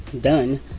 done